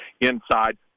inside